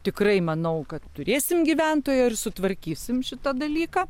tikrai manau kad turėsim gyventojų ir sutvarkysim šitą dalyką